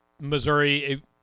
Missouri